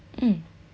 mm